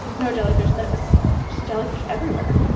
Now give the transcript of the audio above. no jellyfish. and then it was just jellyfish everywhere.